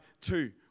two